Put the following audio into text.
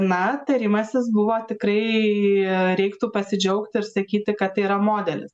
na tarimasis buvo tikrai tai reiktų pasidžiaugti ir sakyti kad yra modelis